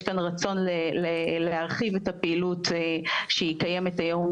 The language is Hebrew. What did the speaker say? יש כאן רצון להרחיב את הפעילות שהיא קיימת היום